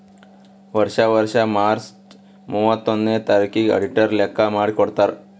ವರ್ಷಾ ವರ್ಷಾ ಮಾರ್ಚ್ ಮೂವತ್ತೊಂದನೆಯ ತಾರಿಕಿಗ್ ಅಡಿಟರ್ ಲೆಕ್ಕಾ ಮಾಡಿ ಕೊಡ್ತಾರ್